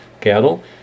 cattle